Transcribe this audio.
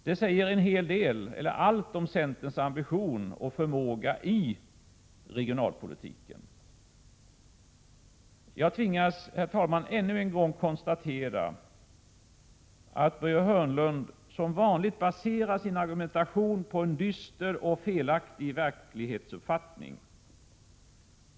Det säger allt om centerns ambition och förmåga i regionalpolitiken. Jag tvingas, herr talman, ännu en gång konstatera att Börje Hörnlund som vanligt baserar sin argumentation på en dyster och felaktig verklighetsuppfattning.